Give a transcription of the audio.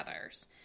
others